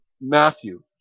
Matthew